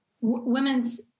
women's